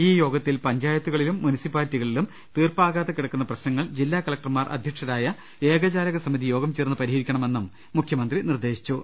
ഈ യോഗത്തിൽ പഞ്ചായത്തുകളിലും മുനി സിപ്പാലിറ്റികളിലും തീർപ്പാക്കാതെ കിടക്കുന്ന പ്രശ്നങ്ങൾ ജില്ലാ കലക്ടർമാർ അധ്യക്ഷരായ ഏകജാലക സമിതി യോഗം ചേർന്ന് പരിഹരിക്കണമെന്നും മുഖ്യമന്ത്രി നിർദേശിച്ചു